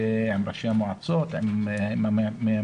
עם ראשי המועצות, עם מתנדבים.